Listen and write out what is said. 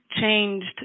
changed